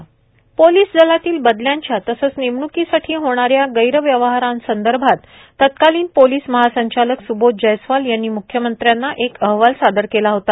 Devendra Fadnavis police दलातील बदल्याच्या तसेच नेमण्कीसाठी होणाऱ्या गैरव्यवहारासंदर्भात तत्कालीन पोलिस महासंचालक सुबोध जयस्वाल यांनी म्ख्यमंत्र्यांना एक अहवाल सादर केला होता